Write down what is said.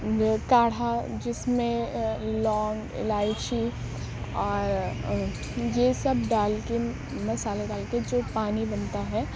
کاڑھا جس میں لونگ الائچی اور یہ سب ڈال کے مسالے ڈال کے جو پانی بنتا ہے